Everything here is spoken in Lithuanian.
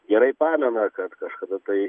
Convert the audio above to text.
gerai pamena kad kažkada tai